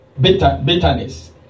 bitterness